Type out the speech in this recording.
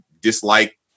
dislike